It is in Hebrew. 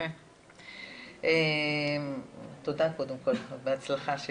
תודה תרצה, ובהצלחה.